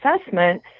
assessment